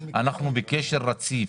אנחנו בקשר רציף